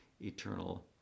eternal